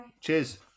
Cheers